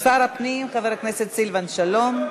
שר הפנים חבר הכנסת סילבן שלום.